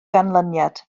ganlyniad